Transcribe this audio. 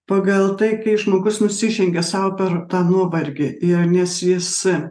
pagal tai kai žmogus nusižengia sau per tą nuovargį ir nes jis